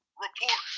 Report